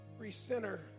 recenter